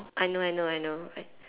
I know I know I know I